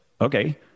Okay